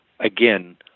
again